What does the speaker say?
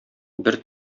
бер